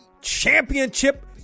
championship